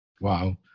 Wow